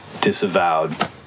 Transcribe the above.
disavowed